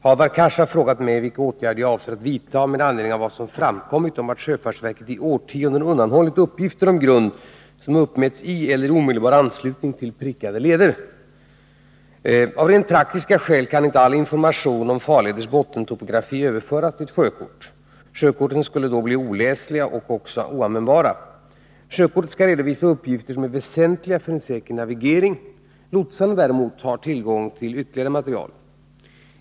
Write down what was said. Herr talman! Hadar Cars har frågat mig vilka åtgärder jag avser att vidta med anledning av vad som framkommit om att sjöfartsverket i årtionden undanhållit uppgifter om grund som uppmätts i eller i omedelbar anslutning till prickade leder. Av rent praktiska skäl kan inte all information om farleders bottentopografi överföras till ett sjökort. Sjökortet skulle i så fall bli oläsligt och därför oanvändbart. Sjökortet skall redovisa uppgifter som är väsentliga för en säker navigering. Lotsarna däremot har tillgång till ytterligare material.